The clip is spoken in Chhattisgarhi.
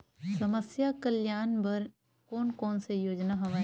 समस्या कल्याण बर कोन कोन से योजना हवय?